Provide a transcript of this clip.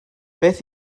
beth